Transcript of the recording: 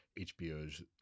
HBO's